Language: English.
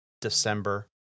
December